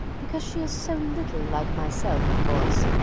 because she is so little like myself, of course.